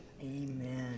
Amen